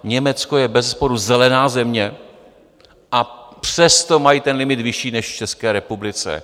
Německo je bezesporu zelená země, a přesto mají ten limit vyšší než v České republice.